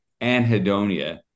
anhedonia